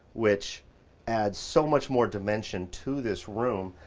which adds so much more dimension to this room,